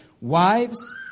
Wives